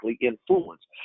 influenced